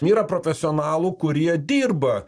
yra profesionalų kurie dirba